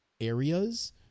areas